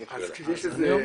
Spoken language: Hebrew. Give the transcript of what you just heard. זאת השאלה.